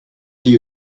you